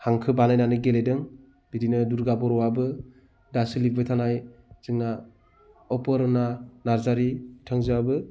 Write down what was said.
हांखो बानायनानै गेलेदों बिदिनो दुर्गा बर'आबो दा सोलिफुबाय थानाय जोंना अपरना नार्जारि बिथांजोआबो